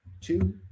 two